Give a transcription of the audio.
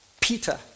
Peter